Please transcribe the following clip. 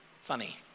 funny